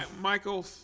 Michael